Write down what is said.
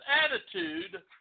attitude